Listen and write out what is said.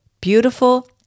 beautiful